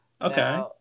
Okay